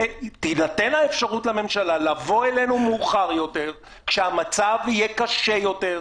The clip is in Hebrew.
ותינתן האפשרות לממשלה לבוא אלינו מאוחר יותר כשהמצב יהיה קשה יותר,